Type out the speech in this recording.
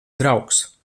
draugs